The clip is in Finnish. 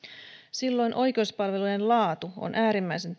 silloin oikeuspalvelujen laatu on äärimmäisen